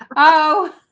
oh